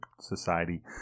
society